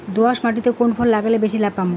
দোয়াস মাটিতে কুন ফসল লাগাইলে বেশি লাভ পামু?